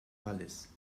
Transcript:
wallis